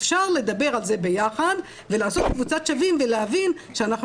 אפשר לדבר על זה ביחד ולעשות קבוצת שווים ולהבין שאנחנו